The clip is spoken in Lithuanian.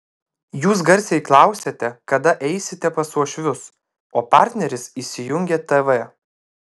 jūs garsiai klausiate kada eisite pas uošvius o partneris įsijungia tv